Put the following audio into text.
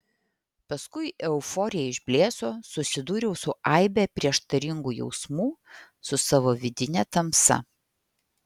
paskui euforija išblėso susidūriau su aibe prieštaringų jausmų su savo vidine tamsa